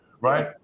right